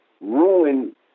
ruin